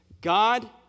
God